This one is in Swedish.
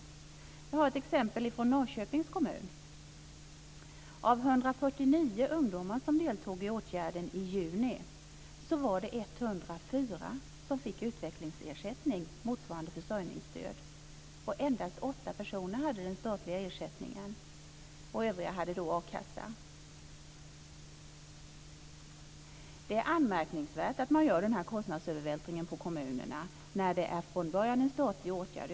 Jag har ett exempel från Norrköpings kommun. 104 som fick utvecklingsersättning motsvarande försörjningsstöd. Endast 8 personer hade den statliga ersättningen, och övriga hade a-kassa. Det är anmärkningsvärt att man gör den här kostnadsövervältringen på kommunerna när det från början är en statlig åtgärd.